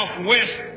west